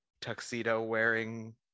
tuxedo-wearing